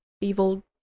Evil